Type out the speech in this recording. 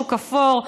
שוק אפור,